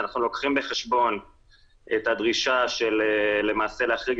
ואנחנו ולוקחים בחשבון את הדרישה של למעשה להחריג